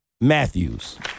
Matthews